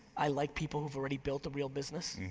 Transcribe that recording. i like people who've already built a real business.